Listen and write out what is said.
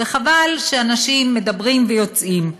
וחבל שאנשים מדברים ויוצאים,